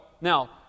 Now